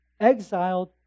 exiled